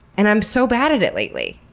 and i'm so bad at it lately!